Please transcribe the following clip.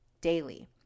daily